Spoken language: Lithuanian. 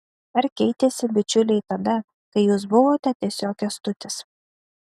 ar keitėsi bičiuliai tada kai jūs buvote tiesiog kęstutis